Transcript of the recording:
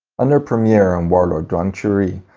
and premier and warlord duan qirui,